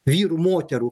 vyrų moterų